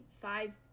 five